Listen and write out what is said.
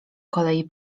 kolei